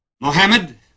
Mohammed